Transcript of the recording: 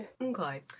Okay